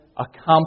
accomplished